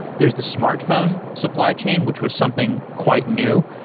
there's the smartphone supply chain, which was something quite new.